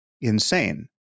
insane